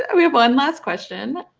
and we have one last question,